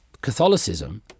Catholicism